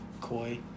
koi